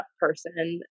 person